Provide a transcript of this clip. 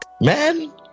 man